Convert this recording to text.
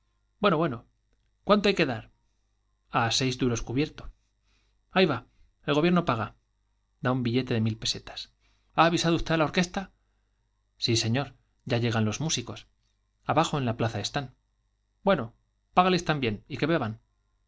bueno bueno cuánto hay que dar a seis duros cubierto ahí va el gobierno paga billete de mil da un pesetas ha avisado usted á la orquesta sí señor ya llegan los músicos abajo en la plaza están bueno págales también y que beban